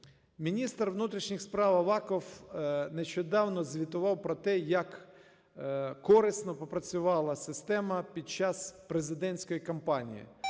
міністр внутрішніх справ Аваков нещодавно звітував про те, як корисно попрацювала система під час президентської кампанії,